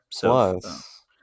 Plus